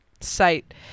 site